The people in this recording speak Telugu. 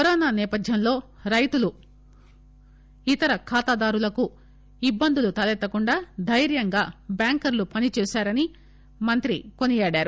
కరోనా నేపథ్యంలో రైతులు ఇతర ఖాతాదారులకు ఇబ్బందులు తలెత్తకుండా దైర్యంగా బ్యాంకర్లు పనిచేశారని మంత్రి కొనియాడారు